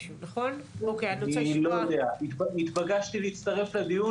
ואתה צריך להיאבק איתו,